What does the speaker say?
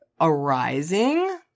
arising